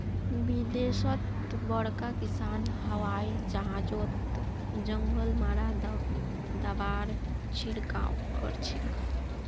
विदेशत बड़का किसान हवाई जहाजओत जंगल मारा दाबार छिड़काव करछेक